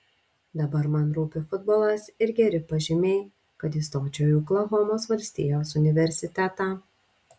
dabar man rūpi futbolas ir geri pažymiai kad įstočiau į oklahomos valstijos universitetą